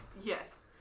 Yes